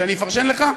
שאני אפרשן לך?